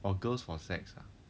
or girls for sex